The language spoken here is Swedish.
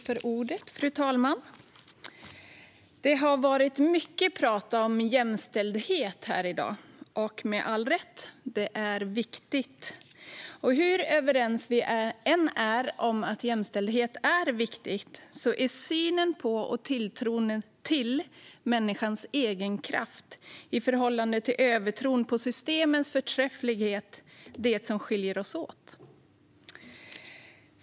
Fru talman! Det har varit mycket tal om jämställdhet här i dag - med all rätt. Det är viktigt. Men hur överens vi än är om att jämställdhet är viktigt är det synen på och tilltron till människans egenkraft i förhållande till övertron på systemens förträfflighet som skiljer oss åt.